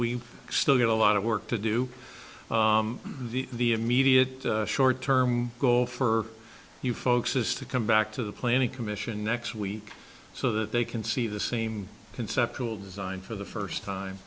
we still got a lot of work to do the the immediate short term goal for you folks is to come back to the planning commission next week so that they can see the same conceptual design for the first time